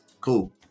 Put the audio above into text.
Cool